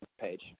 page